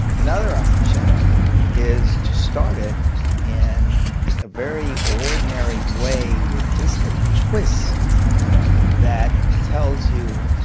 another option is to start it in like a very ordinary way with just a twist that tells you